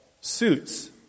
suits